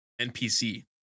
NPC